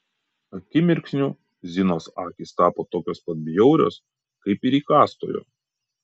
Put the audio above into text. akimirksniu zinos akys tapo tokios pat bjaurios kaip ir įkąstojo